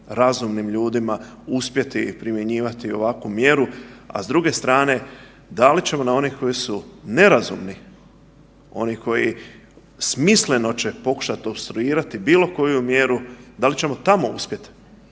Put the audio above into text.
razumnim ljudima uspjeti primjenjivati ovakvu mjeru, a s druge strane da li ćemo na onih koji su nerazumni, onih koji smisleno će pokušat opstruirat bilo koju mjeru, dal ćemo tamo uspjet?